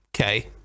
Okay